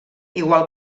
igual